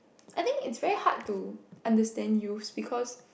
I think its very hard to understand youths because